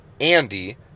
Andy